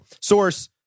source